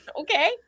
Okay